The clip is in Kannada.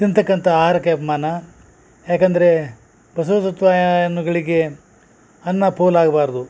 ತಿಂತಕ್ಕಂಥ ಆಹಾರಕ್ಕೆ ಅಭಿಮಾನ ಯಾಕೆಂದರೆ ಬಸವ ತತ್ವ ಯಾನ್ನುಗಳಿಗೆ ಅನ್ನ ಪೋಲಾಗ್ಬಾರದು